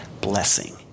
blessing